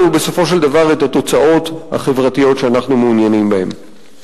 בסופו של דבר את התוצאות החברתיות שאנחנו מעוניינים בהן.